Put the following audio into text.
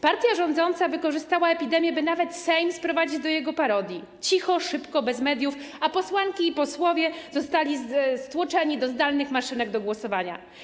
Partia rządząca wykorzystała epidemię, by nawet Sejm sprowadzić do jego parodii: cicho, szybko, bez mediów, a posłanki i posłowie zostali sprowadzeni do zdalnych maszynek do głosowania.